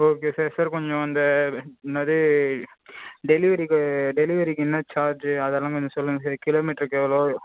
okay sir sir கொஞ்சம் அந்த என்னது டெலிவரிக்கு டெலிவரிக்கு என்ன சார்ஜு அதெல்லாம் கொஞ்சம் சொல்லுங்கள் சார் கிலோமீட்டருக்கு எவ்வளோ